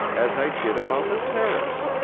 as i did about the terrace.